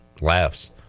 laughs